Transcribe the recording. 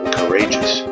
courageous